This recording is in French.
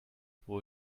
pour